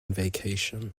vacation